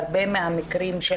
מהמקרים של